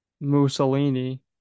Mussolini